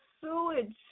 sewage